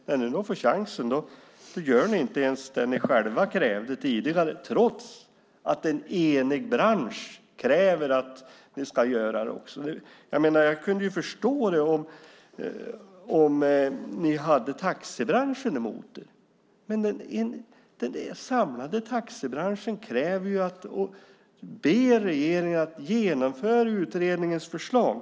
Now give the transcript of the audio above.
När ni får chansen gör ni inte ens det ni själva krävde tidigare, trots att en enig bransch kräver att ni ska göra det. Jag kunde förstå det om ni hade taxibranschen emot er. Men den samlade taxibranschen kräver ju och ber er att genomföra utredningens förslag.